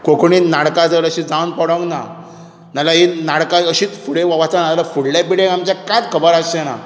कोंकणी नाटकां जर अशी जावन पडूंक ना नाजाल्यार ही नाटकां अशींच फुडें वचना जाल्यार फुडले पिळगेक आमच्या कांयच खबर आसचें ना